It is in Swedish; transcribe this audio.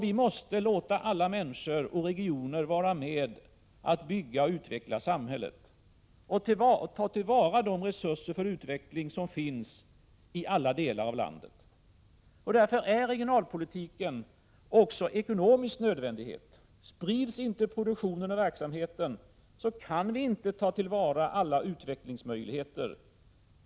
Vi måste låta alla människor och regioner vara med att bygga och utveckla samhället, och vi måste ta till vara de resurser för utveckling som finns i alla delar av landet. Därför är regionalpolitiken också en ekonomisk nödvändighet. Om produktionen och verksamheten inte sprids kan vi inte ta till vara alla utvecklingsmöjligheter.